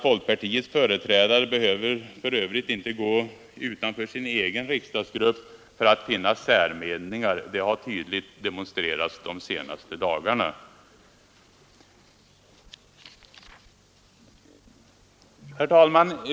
Folkpartiets företrädare behöver för Övrigt inte gå utanför sin egen riksdagsgrupp för att finna särmeningar — det har tydligt demonstrerats de senaste dagarna. Herr talman!